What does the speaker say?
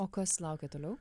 o kas laukia toliau